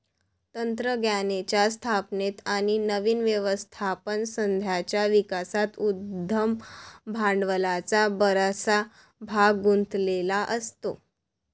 तंत्रज्ञानाच्या स्थापनेत आणि नवीन व्यवस्थापन संघाच्या विकासात उद्यम भांडवलाचा बराचसा भाग गुंतलेला असतो